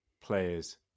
players